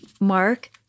Mark